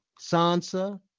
Sansa